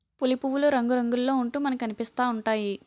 పులి పువ్వులు రంగురంగుల్లో ఉంటూ మనకనిపిస్తా ఉంటాయి